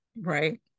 right